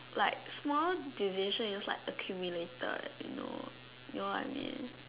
like small decision just like accumulated you know you know what I mean